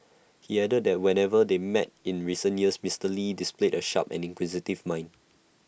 he added that whenever they met in recent years Mister lee displayed A sharp and inquisitive mind